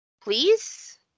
Please